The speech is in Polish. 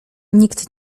nikt